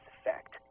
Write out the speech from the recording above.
effect